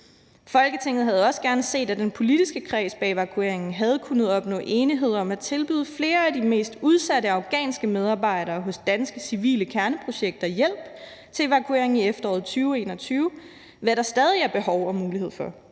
Folketinget havde også gerne set, at den politiske kreds bag evakueringen havde kunnet opnå enighed om at tilbyde flere af de mest udsatte afghanske medarbejdere i danske civile kerneprojekter hjælp til evakuering i efteråret 2021, hvad der stadig er behov og mulighed for.